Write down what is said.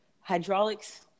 hydraulics